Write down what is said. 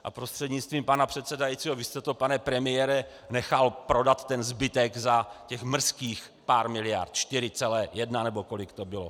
A prostřednictvím pana předsedajícího, vy jste, pane premiére, nechal prodat ten zbytek za těch mrzkých pár miliard, 4,1 nebo kolik to bylo.